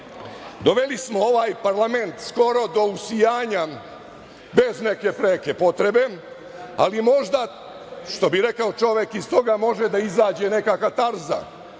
doveli smo ovaj parlament skoro do usijanja bez neke preke potrebe, ali možda, što bi rekao čovek, iz toga može da izađe neka katarza,